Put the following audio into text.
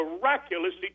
miraculously